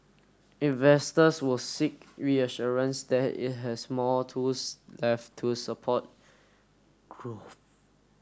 investors will seek reassurance that it has more tools left to support growth